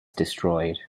destroyed